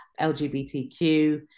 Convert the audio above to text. LGBTQ